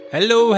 Hello